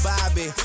Bobby